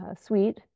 suite